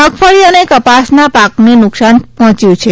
મગફળી અને કપાસના પાકને નુકસાન પહોંચ્યું છે